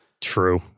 True